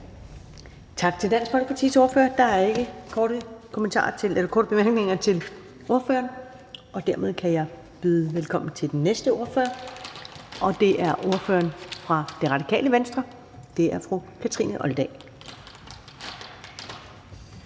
Tak til Dansk Folkepartis ordfører. Der er ikke nogen korte bemærkninger til ordføreren, og dermed kan jeg byde velkommen til den næste ordfører, og det er ordføreren for Det Radikale Venstre, fru Kathrine Olldag.